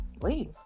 leave